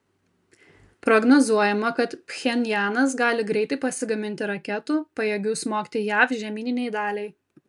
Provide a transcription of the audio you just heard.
prognozuojama kad pchenjanas gali greitai pasigaminti raketų pajėgių smogti jav žemyninei daliai